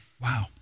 Wow